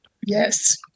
Yes